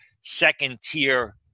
second-tier